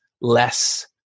less